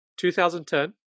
2010